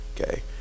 okay